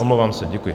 Omlouvám se, děkuji.